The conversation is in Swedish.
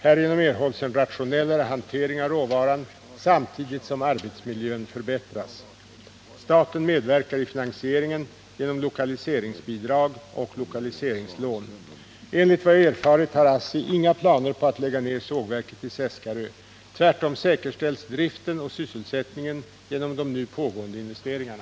Härigenom erhålls en rationellare hantering av råvaran samtidigt som arbetsmiljön förbättras. Staten medverkar i finansieringen genom lokaliseringsbidrag och lokaliseringslån. Enligt vad jag har erfarit har ASSI inga planer på att lägga ned sågverket i Seskarö. Tvärtom säkerställs driften och sysselsättningen genom de nu pågående investeringarna.